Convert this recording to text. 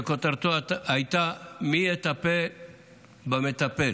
שכותרתו הייתה: מי יטפל במטפל?